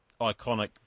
iconic